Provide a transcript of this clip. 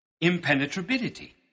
impenetrability